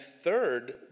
third